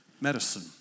Medicine